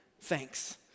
thanks